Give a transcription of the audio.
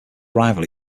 arrival